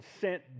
sent